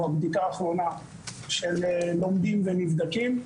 הבדיקה האחרונה של לומדים ונבדקים,